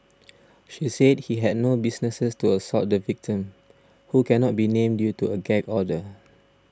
she said he had no business to assault the victim who cannot be named due to a gag order